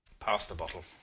pass the bottle.